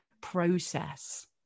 process